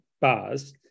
bars